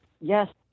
yes